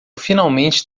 finalmente